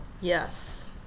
yes